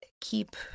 keep